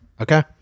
Okay